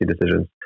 decisions